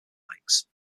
lakes